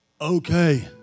Okay